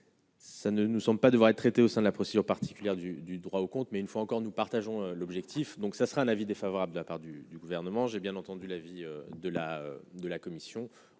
ça ne nous sommes pas devoir être traité au sein de la procédure particulière du du droit au compte, mais une fois encore, nous partageons l'objectif donc ça sera un avis défavorable de la part du gouvernement, j'ai bien entendu la vie de la de la Commission